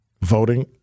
voting